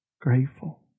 grateful